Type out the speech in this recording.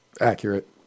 accurate